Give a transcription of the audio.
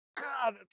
God